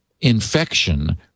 infection